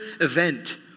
event